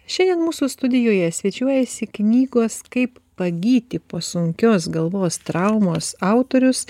šiandien mūsų studijoje svečiuojasi knygos kaip pagyti po sunkios galvos traumos autorius